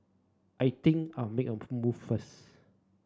I think I'll make a move first